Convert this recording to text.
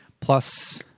plus